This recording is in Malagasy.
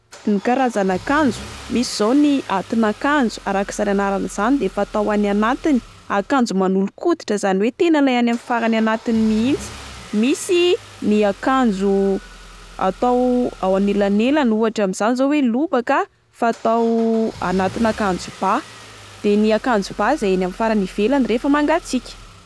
Ny karazana akanjo misy izao ny atin'akanjo arak'izany anarany izany de fatao any anatiny, akanjo manolo-koditra izany oe tena ilay any amin'ny farany anatiny mihitsy. Misy ny akanjo atao ao anelanelany ohatra amin'izany zao oe ny lobaka fatao anatina akanjo bà, de ny akanjo bà izay eny amin'ny farany ivelany rehefa mangatsiaka.